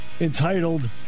entitled